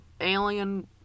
alien